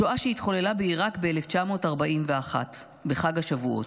שואה שהתחוללה בעיראק ב-1941 בחג השבועות.